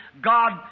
God